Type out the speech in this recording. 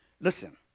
listen